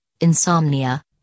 insomnia